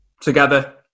together